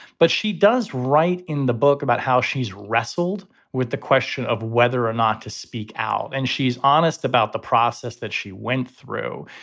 but she does write in the book about how she's wrestled with the question of whether or not to speak out. and she's honest about the process that she went through.